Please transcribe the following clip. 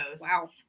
Wow